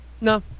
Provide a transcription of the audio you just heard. No